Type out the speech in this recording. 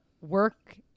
work